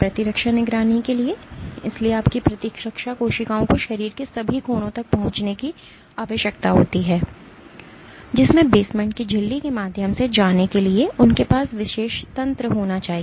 प्रतिरक्षा निगरानी के लिए इसलिए आपकी प्रतिरक्षा कोशिकाओं को शरीर के सभी कोनों तक पहुंचने की आवश्यकता होती है जिसमें बेसमेंट की झिल्ली के माध्यम से जाने के लिए उनके पास विशेष तंत्र होना चाहिए